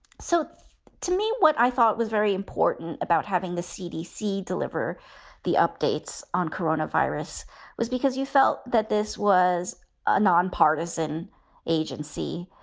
so to me, what i thought was very important about having the cdc deliver the updates on corona virus was because you felt that this was a nonpartisan agency.